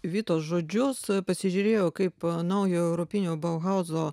vitos žodžius pasižiūrėjo kaip naujo europinio bauhauzo